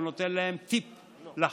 הוא נותן להם טיפ לחיים.